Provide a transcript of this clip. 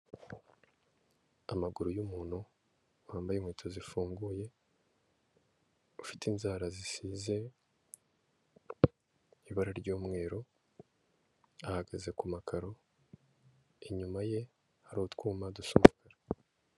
Amaguru y'umuntu wambaye inkweto zifunguye, ufite inzara zisize ibara ry'umweru, ahagaze kumakaro, inyuma ye hari utwuma dusukara.